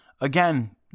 Again